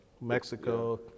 Mexico